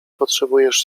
potrzebujesz